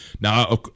now